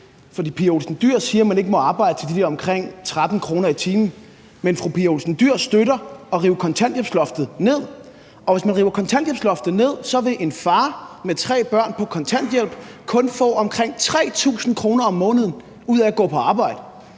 fru Pia Olsen Dyhr siger, at man ikke må arbejde til de der omkring 13 kr. i timen, men fru Pia Olsen Dyhr støtter at rive kontanthjælpsloftet ned. Hvis man river kontanthjælpsloftet ned, vil en far, der har tre børn og er på kontanthjælp, kun få omkring 3.000 kr. mere om måneden ved at gå på arbejde,